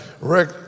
Rick